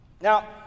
Now